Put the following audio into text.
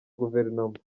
guverinoma